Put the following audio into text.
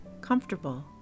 comfortable